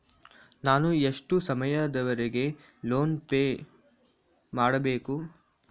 ನಾನು ಎಷ್ಟು ಸಮಯದವರೆಗೆ ಲೋನ್ ಪೇ ಮಾಡಬೇಕು?